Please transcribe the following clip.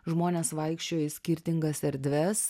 žmonės vaikščiojo į skirtingas erdves